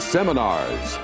Seminars